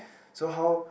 so how